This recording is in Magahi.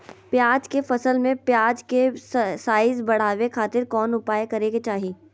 प्याज के फसल में प्याज के साइज बढ़ावे खातिर कौन उपाय करे के चाही?